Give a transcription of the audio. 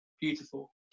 beautiful